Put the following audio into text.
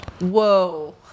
whoa